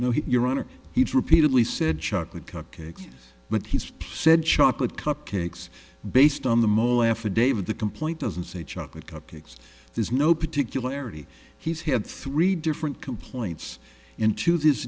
he your honor he's repeatedly said chocolate cupcakes but he's said chocolate cupcakes based on the mall affidavit the complaint doesn't say chocolate cupcakes there's no particular area he's had three different complaints in to this